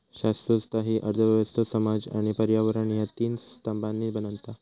शाश्वतता हि अर्थ व्यवस्था, समाज आणि पर्यावरण ह्या तीन स्तंभांनी बनता